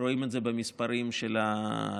ורואים את זה במספרים של השיווקים.